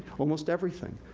almost everything.